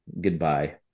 Goodbye